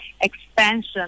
expansion